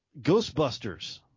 Ghostbusters